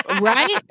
Right